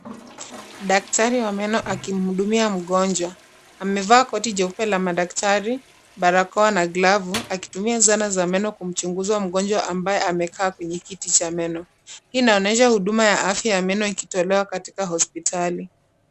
Daktari wa meno akimhudumia mgonjwa. Amevaa koti jeupe la madaktari, barakoa na glavu akitumia zana za meno kumchunguza mgonjwa ambaye amekaa kwenye kiti cha meno. Hii inaonyesha huduma ya afya ya meno ikitolewa katika hospitali.